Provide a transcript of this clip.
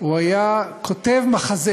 הוא היה כותב מחזה